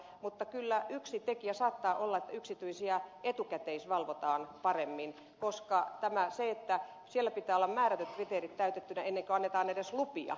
mutta kyllä yksi tekijä saattaa olla että yksityisiä etukäteisvalvotaan paremmin koska siellä pitää olla määrätyt kriteerit täytettynä ennen kuin annetaan edes lupia